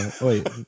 wait